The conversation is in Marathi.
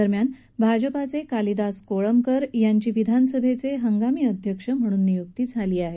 दरम्यान भाजपाचे कालीदास कोळंबकर यांची विधानसभेचे हंगामी अध्यक्ष म्हणून नियुक्ती झाली आहे